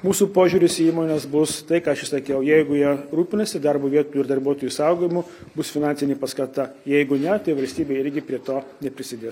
mūsų požiūris į įmones bus tai ką aš išsakiau jeigu jie rūpinasi darbo vietų ir darbuotojų išsaugojimu bus finansinė paskata jeigu ne tai valstybė irgi prie to neprisidės